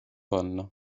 panna